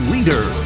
Leader